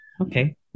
Okay